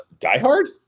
diehard